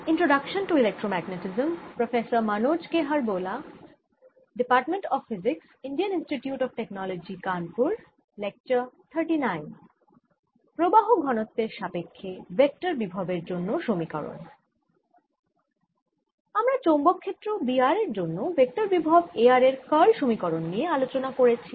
আমরা চৌম্বক ক্ষেত্র B r এর জন্য ভেক্টর বিভব A r এর কার্ল সমীকরণ নিয়ে আলোচনা করেছি